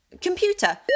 Computer